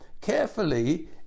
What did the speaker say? carefully